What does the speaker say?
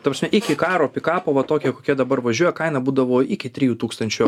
ta prasme iki karo pikapo va tokia kokia dabar važiuoja kaina būdavo iki trijų tūkstančių